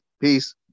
Peace